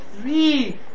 three